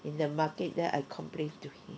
in the market there I complain to him